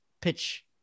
pitch